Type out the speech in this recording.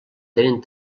tenen